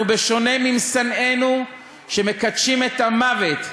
אנחנו, בשונה ממשנאינו, שמקדשים את המוות,